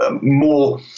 more